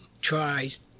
tries